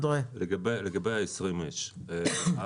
אנדריי קוז'ינוב, בבקשה.